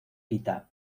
quita